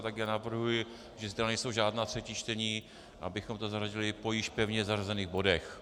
Tak já navrhuji zítra nejsou žádná třetí čtení , abychom to zařadili po již pevně zařazených bodech.